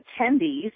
attendees